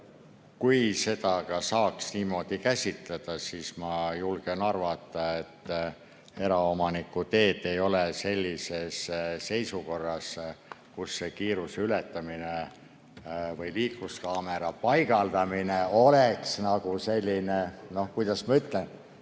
Kui seda ka saaks niimoodi käsitleda, siis ma julgen arvata, et eraomaniku teed ei ole sellises seisukorras, kus kiiruse ületamine või liikluskaamera paigaldamine oleks tulus äri, nagu siin öeldi